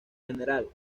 general